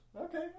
Okay